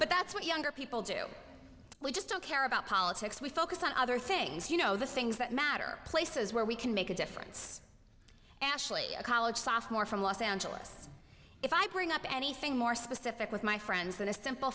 but that's what younger people do we just don't care about politics we focus on other things you know the things that matter places where we can make a difference ashley a college sophomore from los angeles if i bring up anything more specific with my friends than a simple